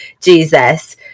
Jesus